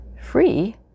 Free